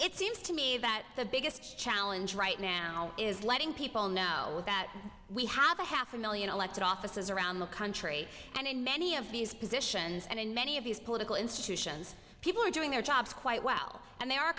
it seems to me that the biggest challenge right now is letting people know that we have a half a million elected offices around the country and in many of these positions and in many of these political institutions people are doing their jobs quite well and they are